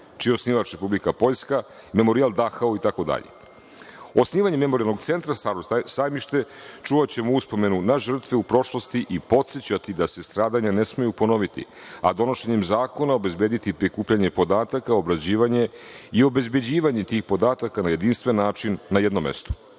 čiji je osnivač Republika Poljska, Memorijal Dahau, itd. Osnivanjem Memorijalnog centra "Staro sajmište" čuvaćemo uspomenu na žrtve u prošlosti i podsećati da se stradanja ne smeju ponoviti, a donošenjem zakona obezbediti prikupljanje podataka, obrađivanje i obezbeđivanje tih podataka na jedinstven način na jednom mestu.